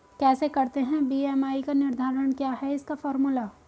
कैसे करते हैं बी.एम.आई का निर्धारण क्या है इसका फॉर्मूला?